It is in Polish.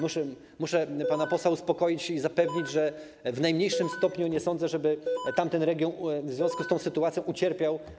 Muszę więc pana posła uspokoić i zapewnić, że w najmniejszym stopniu nie sądzę, żeby tamten region w związku z tą sytuacją ucierpiał.